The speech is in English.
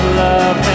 love